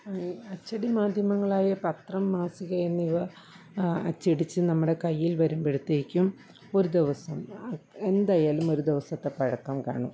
ഈ അച്ചടി മാധ്യമങ്ങളായ പത്രം മാസികയെന്നിവ അച്ചടിച്ച് നമ്മുടെ കയ്യിൽ വരുമ്പോഴത്തേക്കും ഒരു ദിവസം എന്തായാലും ഒരു ദിവസത്തെ പഴക്കം കാണും